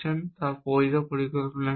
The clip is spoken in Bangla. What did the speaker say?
তা বৈধ পরিকল্পনা কিনা